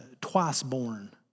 twice-born